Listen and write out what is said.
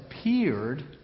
appeared